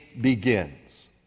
begins